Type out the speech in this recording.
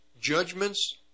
judgments